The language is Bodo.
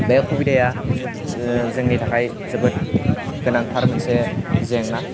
बे सुबिदाया जोंनि थाखाय जोबोद गोनांथार मोनसे जेंना